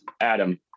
Adam